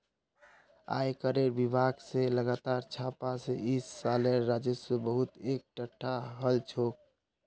आयकरेर विभाग स लगातार छापा स इस सालेर राजस्व बहुत एकटठा हल छोक